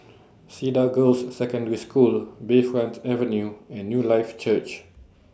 Cedar Girls' Secondary School Bayfront Avenue and Newlife Church